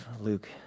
Luke